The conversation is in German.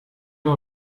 nur